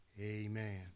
Amen